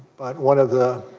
but one of the